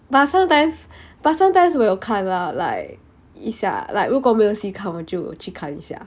but sometimes but sometimes 我有看 lah like 一下 like 我如果没有戏看我就去看一下